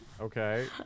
okay